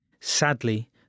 Sadly